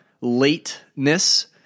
lateness